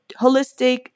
holistic